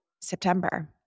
September